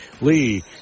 Lee